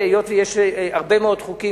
היות שיש הרבה מאוד חוקים,